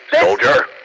Soldier